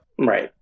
Right